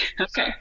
okay